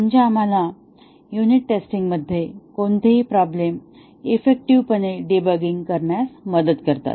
म्हणजे आम्हाला युनिट टेस्टमध्ये कोणतेही प्रॉब्लेम इफेक्टिव्ह पणे डिबगिंग करण्यास मदत करतात